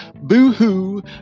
Boo-hoo